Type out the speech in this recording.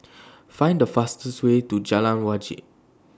Find The fastest Way to Jalan Wajek